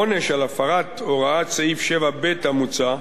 העונש על הפרת הוראת סעיף 7ב המוצע,